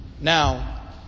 Now